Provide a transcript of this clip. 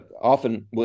often